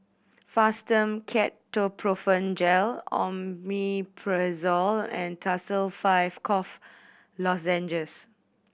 Fastum Ketoprofen Gel Omeprazole and Tussils Five Cough Lozenges